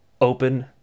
Open